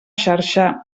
xarxa